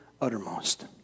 uttermost